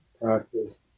practice